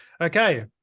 Okay